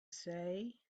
say